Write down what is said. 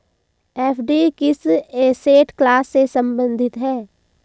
FD किस asset class से संबंधित है?